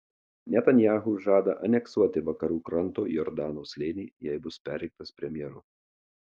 netanyahu žada aneksuoti vakarų kranto jordano slėnį jei bus perrinktas premjeru